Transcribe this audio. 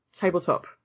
tabletop